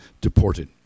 deported